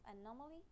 anomaly